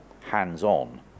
hands-on